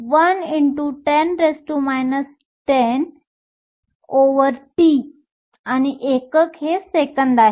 तर 1 X 10 10T आणि एकक सेकंद आहे